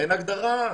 אין הגדרה.